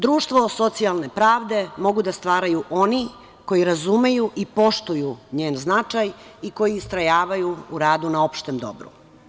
Društvo socijalne pravde mogu da stvaraju oni koji razumeju i poštuju njen značaj i koji istrajavaju u radu na opštem dobru.